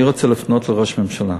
ואני רוצה לפנות לראש הממשלה.